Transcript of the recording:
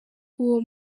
uwo